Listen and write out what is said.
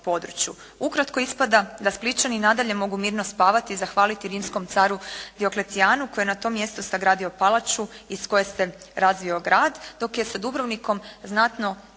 Ukratko ispada da Splićani nadalje mogu mirno spavati i zahvaliti rimskom caru Dioklecijanu koji je na tom mjestu sagradio palaču iz koje se razvio grad, dok je sa Dubrovnikom znatno